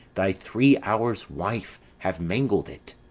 thy three-hours wife, have mangled it?